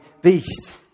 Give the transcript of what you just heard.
beast